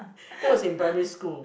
that was in primary school